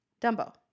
Dumbo